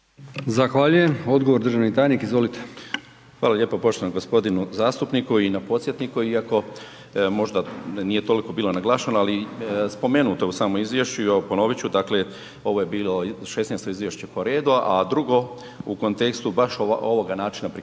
Zahvaljujem. Odgovor državni tajnik, izvolite. **Zrinušić, Zdravko** Hvala lijepo poštovanom gospodinu zastupniku i na podsjetniku, iako možda nije toliko bila naglašeno ali spomenuto je u samom izvješću i evo ponovit ću. Dakle ovo je bilo 16. izvješće po redu, a drugo u kontekstu baš ovoga načina prikupljanja